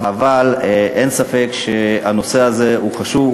אבל אין ספק שהנושא הזה הוא חשוב,